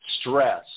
stress